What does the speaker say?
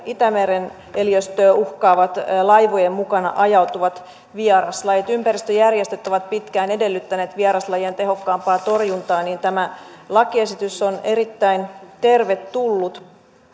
itämeren eliöstöä uhkaavat laivojen mukana ajautuvat vieraslajit kun ympäristöjärjestöt ovat pitkään edellyttäneet vieraslajien tehokkaampaa torjuntaa niin tämä lakiesitys on erittäin tervetullut